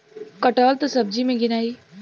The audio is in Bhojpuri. कटहल त सब्जी मे गिनाई